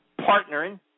partnering